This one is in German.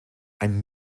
ein